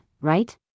right